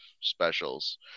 specials